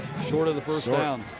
short of the first down.